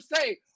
say